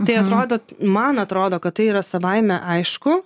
tai atrodo man atrodo kad tai yra savaime aišku